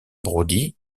brody